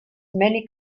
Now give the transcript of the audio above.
many